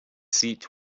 seat